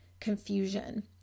confusion